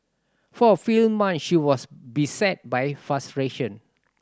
for a few months she was beset by frustration